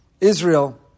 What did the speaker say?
Israel